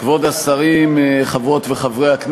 שטחי פעולה ממשרד